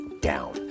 down